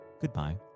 goodbye